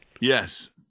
Yes